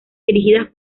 dirigidas